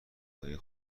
های